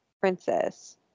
princess